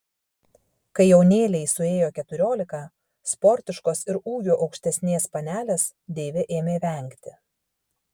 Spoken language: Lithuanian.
kai jaunėlei suėjo keturiolika sportiškos ir ūgiu aukštesnės panelės deivė ėmė vengti